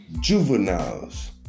juveniles